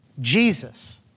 Jesus